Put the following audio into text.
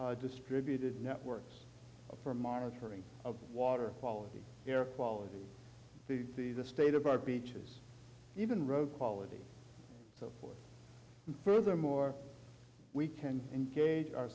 a distributed network for monitoring of water quality air quality food see the state of our beaches even road quality so forth and furthermore we can engage our